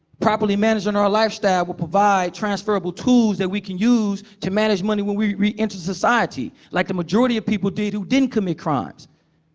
properly managing our lifestyle would provide transferrable tools that we can use to manage money when we reenter society, like the majority of people did who didn't commit crimes.